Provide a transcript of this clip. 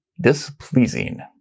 displeasing